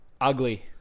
Ugly